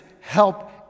help